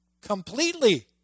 completely